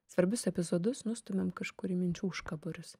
svarbius epizodus nustumiam kažkur į minčių užkaborius